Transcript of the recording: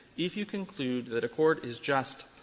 if you conclude that a court is just,